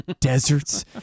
deserts